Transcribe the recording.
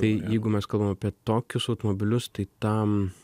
tai jeigu mes kalbam apie tokius automobilius tai tam